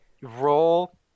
Roll